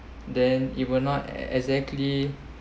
then it will not exactly